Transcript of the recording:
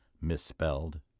misspelled